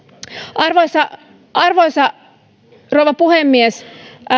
arvoisa arvoisa rouva puhemies